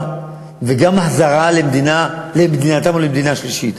וגם החזרה למדינתם או למדינה שלישית.